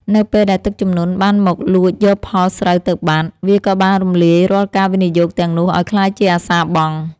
នៅពេលដែលទឹកជំនន់បានមកលួចយកផលស្រូវទៅបាត់ វាក៏បានរំលាយរាល់ការវិនិយោគទាំងនោះឱ្យក្លាយជាអាសាបង់។